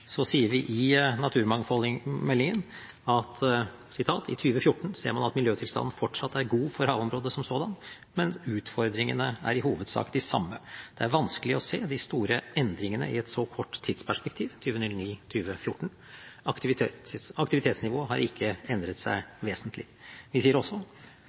sier vi i naturmangfoldmeldingen: «I 2014 ser man at miljøtilstanden fortsatt er god for havområdet som sådan, men utfordringene er i hovedsak de samme. Det er vanskelig å se de store endringene i et så kort tidsperspektiv . Aktivitetsnivået har ikke endret seg vesentlig.»» Vi sier også: